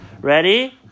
Ready